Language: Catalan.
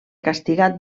castigat